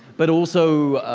but also